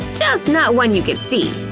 just not one you could see.